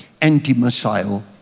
anti-missile